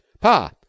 Pa